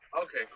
Okay